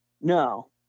No